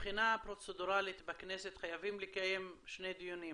מבחינה פרוצדורלית בכנסת אנחנו חייבים לקיים שני דיונים,